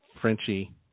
Frenchie